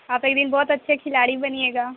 آپ ایک دن بہت اچھے کھلاڑی بنیے گا